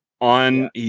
on